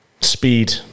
speed